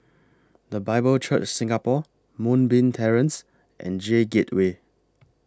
The Bible Church Singapore Moonbeam Terrace and J Gateway